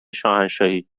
شاهنشاهی